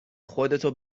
خودتو